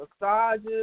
massages